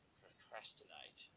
procrastinate